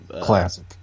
Classic